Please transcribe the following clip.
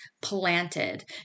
planted